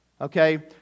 Okay